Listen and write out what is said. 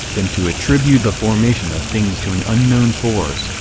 than to attribute the formation of things to an unknown force,